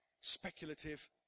speculative